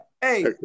Hey